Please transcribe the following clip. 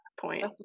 point